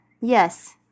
yes